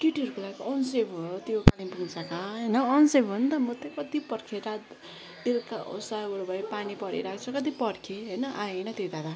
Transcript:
केटीहरूको लागि अनसेफ हो त्यो कालिम्पोङ जग्गा होइन अनसेफ हो नि त म त्यहाँ कति पर्खिए रात बेलका पानी परिरहेको छ कति पर्खिए होइन आएन त्यो दादा